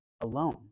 alone